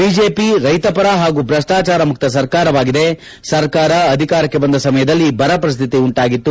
BJP ರೈತಪರ ಹಾಗು ಭ್ರಷ್ಷಚಾರ ಮುಕ್ತ ಸರ್ಕಾರವಾಗಿದೆ ಸರ್ಕಾರ ಅಧಿಕಾರಕ್ಕೆ ಬಂದ ಸಮಯದಲ್ಲಿ ಬರ ಪರಿಸ್ತಿತಿ ಉಂಟಾಗಿತ್ತು